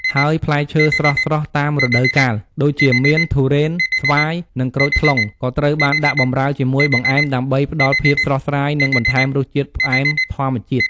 ហើយផ្លែឈើស្រស់ៗតាមរដូវកាល ដូចជាមៀន ទុរេន ស្វាយ និងក្រូចថ្លុង ក៏ត្រូវបានដាក់បម្រើជាមួយបង្អែម ដើម្បីផ្តល់ភាពស្រស់ស្រាយ និងបន្ថែមរសជាតិផ្អែមធម្មជាតិ។